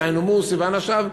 דהיינו מורסי ואנשיו,